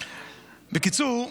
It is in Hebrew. בקיצור,